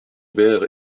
ouvert